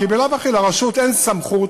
כי בלאו הכי לרשות אין סמכות